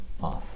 off